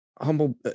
humble